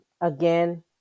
again